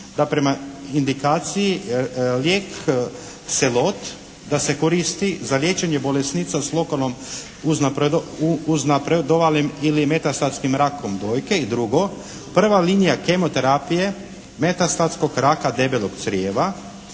da prema indikaciji lijek Selot da se koristi za liječenje bolesnica sa lokalnom uznapredovalim ili metastatskim rakom dojke. I drugo, prva linija kemoterapije metastatskog raka debelog crijeva